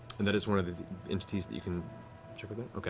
and that is one of the entities that you can check with that?